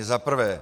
Za prvé.